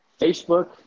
Facebook